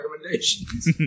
recommendations